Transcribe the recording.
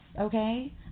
okay